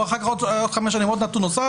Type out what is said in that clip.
ואז בעוד חמש שנים עוד נתון נוסף.